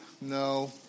No